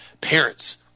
parents